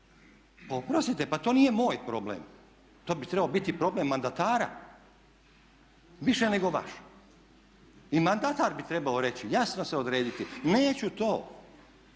oprostite pa to nije moj problem, to bi trebao biti problem mandatara više nego vaš. I mandatar bi trebao reći i jasno se odrediti neću to,